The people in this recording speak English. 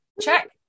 check